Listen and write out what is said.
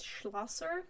Schlosser